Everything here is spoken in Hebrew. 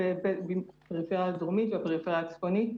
הפריפריה הדרומית והפריפריה הצפונית.